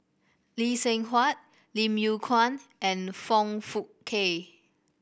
Lee Seng Huat Lim Yew Kuan and Foong Fook Kay